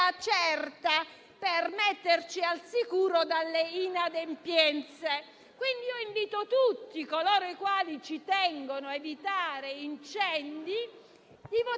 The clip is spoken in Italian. certa per metterci al sicuro dalle inadempienze. Invito pertanto tutti coloro i quali ci tengono ad evitare incendi a votare